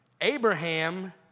Abraham